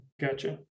gotcha